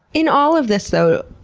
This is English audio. in all of this though,